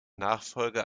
nachfolger